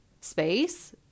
space